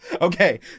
Okay